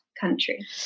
country